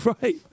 Right